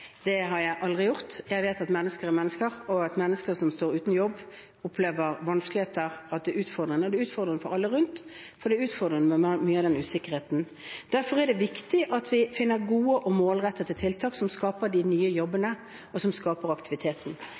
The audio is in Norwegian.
Det har jeg aldri gjort. Jeg vet at mennesker er mennesker, at mennesker som står uten jobb, opplever vanskeligheter, og at det er utfordrende. Og det er utfordrende for alle rundt, for det er utfordrende med mye av den usikkerheten. Derfor er det viktig at vi finner gode og målrettede tiltak som skaper de nye jobbene, og som skaper aktiviteten.